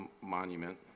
monument